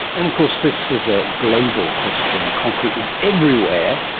and of course this is a global question, concrete is everywhere.